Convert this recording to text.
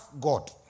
God